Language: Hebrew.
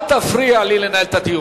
אל תפריע לי לנהל את הדיון.